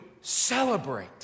celebrate